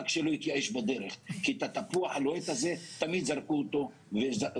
רק שלא יתייאש בדרך כי את התפוח הלוהט הזה תמיד זרקו החוצה.